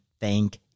thank